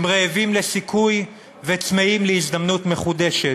הם רעבים לסיכוי וצמאים להזדמנות מחודשת,